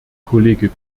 kollege